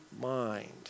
mind